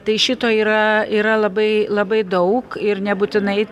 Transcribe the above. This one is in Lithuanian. tai šito yra yra labai labai daug ir nebūtinai